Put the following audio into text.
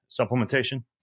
supplementation